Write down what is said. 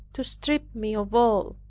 to strip me of all.